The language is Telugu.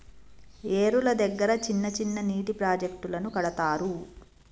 ఏరుల దగ్గర చిన్న చిన్న నీటి ప్రాజెక్టులను కడతారు